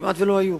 כמעט לא היו.